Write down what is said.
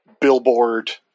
billboard